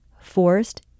forced